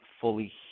fully